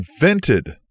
Invented